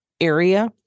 area